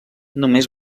només